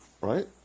right